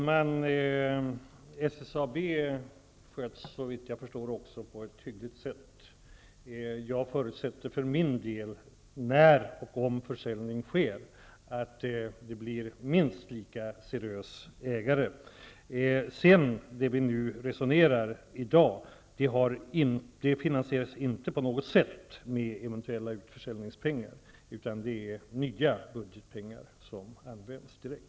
Herr talman! Såvitt jag förstår sköts SSAB på ett hyggligt sätt. För min del förutsätter jag att det om och när försäljning sker blir en minst lika seriös ägare. Det som vi här i dag resonerar om finansieras inte på något sätt med eventuella utförsäljningspengar, utan det handlar om nya budgetpengar som anslås direkt.